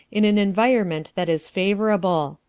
in an environment that is favorable.